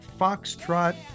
foxtrot